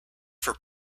for